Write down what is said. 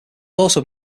also